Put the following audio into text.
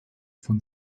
von